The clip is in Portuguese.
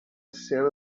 cena